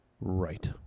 Right